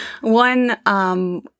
one